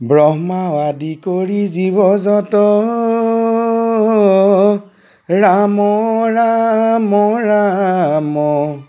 ব্ৰহ্মা আদি কৰি জীৱ য'ত ৰাম ৰাম ৰাম